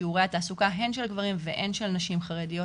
שיעורי התעסוקה הן של גברים והן של נשים חרדיות.